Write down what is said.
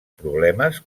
problemes